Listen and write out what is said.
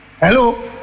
Hello